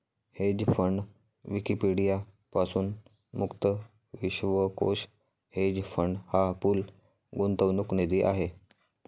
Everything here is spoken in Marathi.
हेज फंड विकिपीडिया पासून मुक्त विश्वकोश हेज फंड हा पूल गुंतवणूक निधी आहे